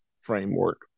framework